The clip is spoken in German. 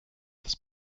des